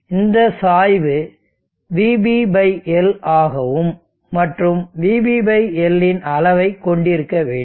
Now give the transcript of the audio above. இந்த சாய்வு vBL ஆகவும் மற்றும் vBL இன் அளவைக் கொண்டிருக்க வேண்டும்